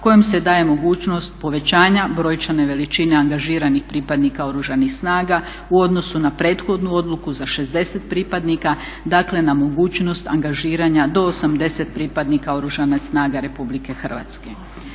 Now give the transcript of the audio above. kojom se daje mogućnost povećanja brojčane veličine angažiranih pripadnika Oružanih snaga u odnosu na prethodnu odluku za 60 pripadnika, dakle na mogućnost angažiranja do 80 pripadnika Oružanih snaga Republike Hrvatske.